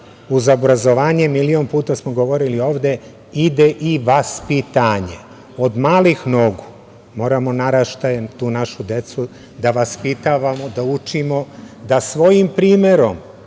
uz obrazovanje, milion puta smo govorili ovde, ide i vaspitanje. Od malih nogu moramo naraštaje, tu našu decu da vaspitavamo, da učimo, da svojim primerom